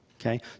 Okay